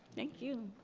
thank you.